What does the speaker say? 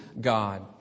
God